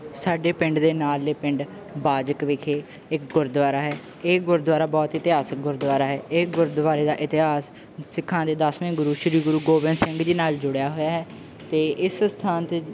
ਸਾਡੇ ਪਿੰਡ ਦੇ ਨਾਲ ਦੇ ਪਿੰਡ ਬਾਜਕ ਵਿਖੇ ਇੱਕ ਗੁਰਦੁਆਰਾ ਹੈ ਇਹ ਗੁਰਦੁਆਰਾ ਬਹੁਤ ਇਤਿਹਾਸਿਕ ਗੁਰਦੁਆਰਾ ਹੈ ਇਹ ਗੁਰਦੁਆਰੇ ਦਾ ਇਤਿਹਾਸ ਸਿੱਖਾਂ ਦੇ ਦਸਵੇਂ ਗੁਰੂ ਸ਼੍ਰੀ ਗੁਰੂ ਗੋਬਿੰਦ ਸਿੰਘ ਜੀ ਨਾਲ ਜੁੜਿਆ ਹੋਇਆ ਹੈ ਅਤੇ ਇਸ ਸਥਾਨ 'ਤੇ